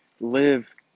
live